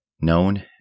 known